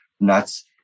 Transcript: nuts